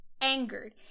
Angered